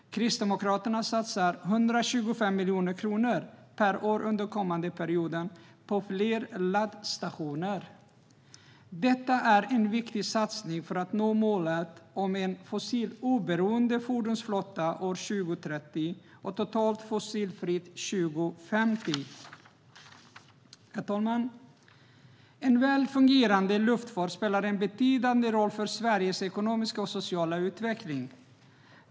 Kristdemokraterna satsar 125 miljoner kronor per år under den kommande perioden på fler laddstationer. Detta är en viktig satsning för att nå målet om en fossiloberoende fordonsflotta 2030 och att vi ska vara totalt fossilfria 2050. Herr talman! En väl fungerande luftfart spelar en betydande roll för Sveriges ekonomiska och sociala utveckling.